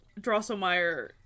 drosselmeyer